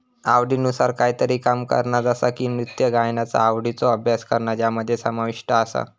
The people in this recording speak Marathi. आवडीनुसार कायतरी काम करणा जसा की नृत्य गायनाचा आवडीचो अभ्यास करणा ज्यामध्ये समाविष्ट आसा